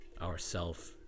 Ourself